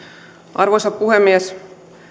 arvoisa puhemies